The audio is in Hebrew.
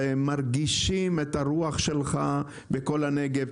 ומרגישים את הרוח שלך בכל הנגב,